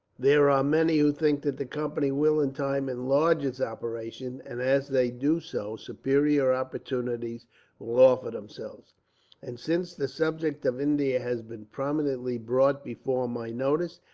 there are many who think that the company will, in time, enlarge its operations and as they do so, superior opportunities will offer themselves and since the subject of india has been prominently brought before my notice,